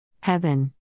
Heaven